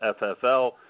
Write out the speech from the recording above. FFL